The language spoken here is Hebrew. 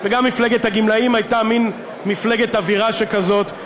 וגם מפלגת הגמלאים הייתה מין מפלגת אווירה שכזאת.